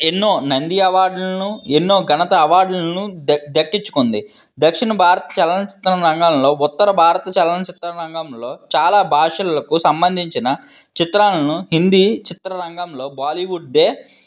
ఎన్నో నంది అవార్డులను ఎన్నో ఘనత అవార్డులను దక్ దక్కించుకుంది దక్షిణ భారత చలనచిత్ర రంగంలో ఉత్తర భారత చలనచిత్ర రంగంలో చాలా భాషలకు సంబంధించిన చిత్రాలను హిందీ చిత్రరంగంలో బాలీవుడ్దే